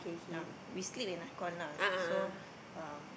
um we sleep in aircon lah so uh